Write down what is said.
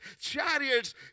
chariots